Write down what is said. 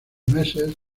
meses